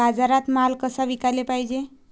बाजारात माल कसा विकाले पायजे?